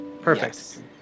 Perfect